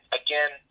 again